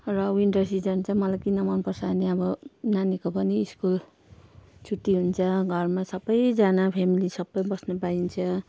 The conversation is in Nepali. र विन्टर सिजन चाहिँ मलाई किन मनपर्छ भने अब नानीको पनि स्कुल छुट्टी हुन्छ घरमा सबैजना फेमिली सबै बस्नु पाइन्छ